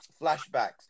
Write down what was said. flashbacks